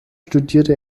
studierte